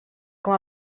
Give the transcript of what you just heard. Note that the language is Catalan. com